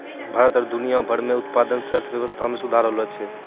भारत आरु दुनिया भर मे उत्पादन से अर्थव्यबस्था मे सुधार होलो छै